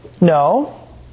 No